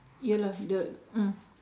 ya lah the mm